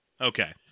okay